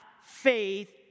faith